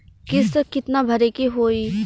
किस्त कितना भरे के होइ?